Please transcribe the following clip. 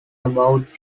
about